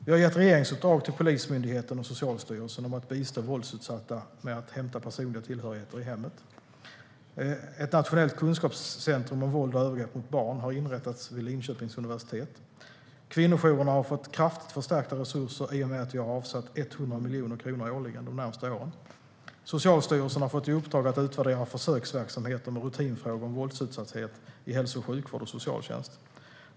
Vi har gett regeringsuppdrag till Polismyndigheten och Socialstyrelsen att bistå våldsutsatta med att hämta personliga tillhörigheter i hemmet. Ett nationellt kunskapscentrum om våld och övergrepp mot barn har inrättats vid Linköpings universitet. Kvinnojourerna har fått kraftigt förstärkta resurser i och med att vi har avsatt 100 miljoner kronor årligen de närmaste åren. Socialstyrelsen har fått i uppdrag att utvärdera försöksverksamheter med rutinfrågor om våldsutsatthet i hälso och sjukvård och socialtjänst.